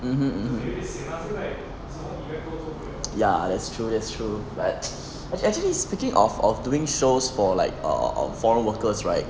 mmhmm mmhmm like ya that's true that's true but it's actually speaking of of doing shows for like err on foreign workers right